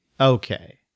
Okay